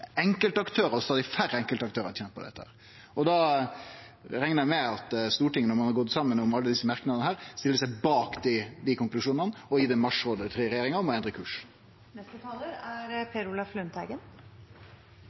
og stadig færre enkeltaktørar, som har tent på dette. Da reknar eg med at Stortinget, når ein har gått saman om alle desse merknadene, stiller seg bak dei konklusjonane og gir marsjordre til regjeringa om å endre kurs. Det er